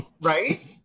right